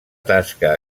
tasca